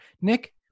nick